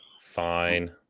fine